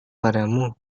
padamu